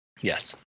Yes